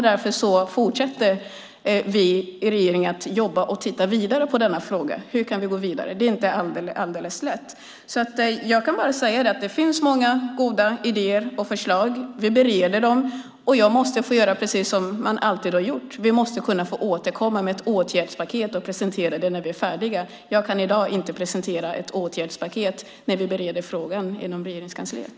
Därför fortsätter vi i regeringen att jobba med denna fråga. Hur kan vi gå vidare? Det är inte alldeles lätt. Jag kan bara säga att det finns många goda idéer och förslag. Vi bereder dem, och jag måste få göra precis som man alltid har gjort och få återkomma med ett åtgärdspaket och presentera det när vi är färdiga. Jag kan i dag inte presentera ett åtgärdspaket, men vi bereder frågan inom Regeringskansliet.